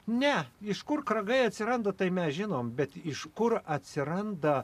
ne iš kur ragai atsiranda tai mes žinom bet iš kur atsiranda